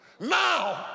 now